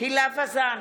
הילה וזאן,